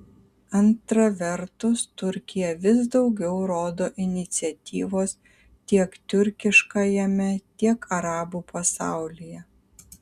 antra vertus turkija vis daugiau rodo iniciatyvos tiek tiurkiškajame tiek arabų pasaulyje